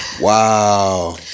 wow